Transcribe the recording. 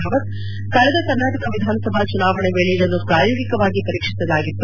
ರಾವತ್ ಕಳೆದ ಕರ್ನಾಟಕ ವಿಧಾನಸಭಾ ಚುನಾವಣಾ ವೇಳೆ ಇದನ್ನು ಪ್ರಾಯೋಗಿಕವಾಗಿ ಪರೀಕ್ಷಿಸಲಾಗಿತ್ತು